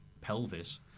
pelvis